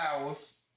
hours